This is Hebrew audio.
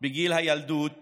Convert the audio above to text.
בגיל הילדות